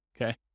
okay